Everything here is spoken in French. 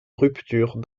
rupture